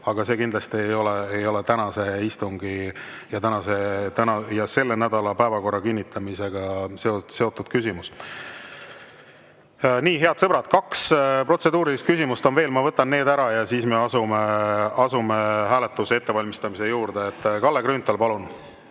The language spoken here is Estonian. aga see kindlasti ei ole tänase istungi ja selle nädala päevakorra kinnitamisega seotud küsimus. Nii, head sõbrad, kaks protseduurilist küsimust on veel. Ma võtan need ära ja siis asume hääletuse ettevalmistamise juurde. Kalle Grünthal, palun!